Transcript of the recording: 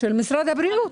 של משרד הבריאות.